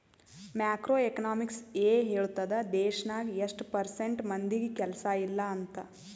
macro economics ಎ ಹೇಳ್ತುದ್ ದೇಶ್ನಾಗ್ ಎಸ್ಟ್ ಪರ್ಸೆಂಟ್ ಮಂದಿಗ್ ಕೆಲ್ಸಾ ಇಲ್ಲ ಅಂತ